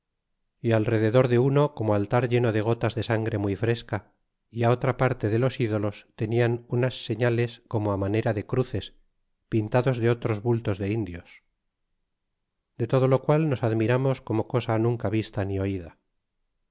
y al derredor de uno como altar lleno de gotas de sangre muy fresca y otra parte de los ídolos tenian unas señales como manera de cruces pintados de otros bultos de indios de todo lo qual nos admiramos como cosa nunca vista ni